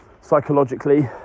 psychologically